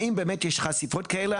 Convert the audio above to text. האם באמת יש חשיפות כאלה?